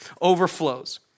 overflows